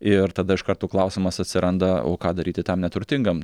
ir tada iš karto klausimas atsiranda o ką daryti tam neturtingam